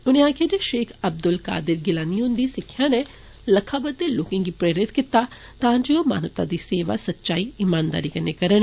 उनें आक्खेआ जे षेख अब्दुल कादिर गिलानी हुन्दी सिक्खेआ नै लक्खां बद्दे लोकें गी प्रेरित कीता तां जे ओ मानवता दी सेवा सच्चाई इमानदारी कन्नै करन